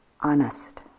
honest